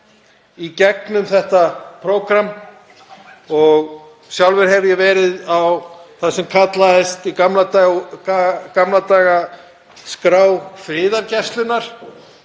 í gegnum þetta prógramm og sjálfur hef ég verið á því sem kallaðist í gamla daga skrá friðargæslunnar.